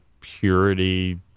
purity